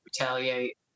retaliate